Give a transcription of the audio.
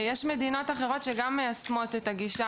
יש מדינות אחרות שגם מיישמות את הגישה